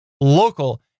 local